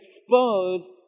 expose